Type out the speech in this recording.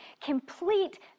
complete